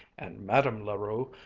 and madame la rue,